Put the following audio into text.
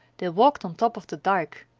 they walked on top of the dyke,